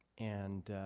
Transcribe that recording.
and